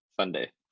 Sunday